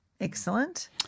Excellent